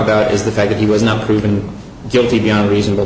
about is the fact that he was not proven guilty beyond reasonable